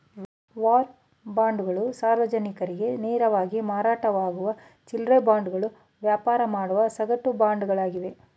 war ಬಾಂಡ್ಗಳು ಸಾರ್ವಜನಿಕರಿಗೆ ನೇರವಾಗಿ ಮಾರಾಟವಾಗುವ ಚಿಲ್ಲ್ರೆ ಬಾಂಡ್ಗಳು ವ್ಯಾಪಾರ ಮಾಡುವ ಸಗಟು ಬಾಂಡ್ಗಳಾಗಿವೆ